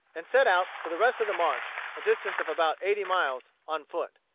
and set out for the rest of the march, a distance of about eighty miles, on foot.